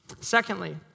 Secondly